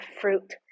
fruit